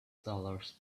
dollars